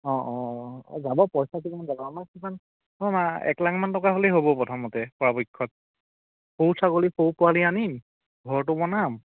অঁ অঁ যাব পইচাটো কিমান যাব আমাৰ কিমান অঁ নাই এক লাখমান টকা হ'লেই হ'ব প্ৰথমতে পৰাপক্ষত সৰু ছাগলী সৰু পোৱালি আনিম ঘৰটো বনাম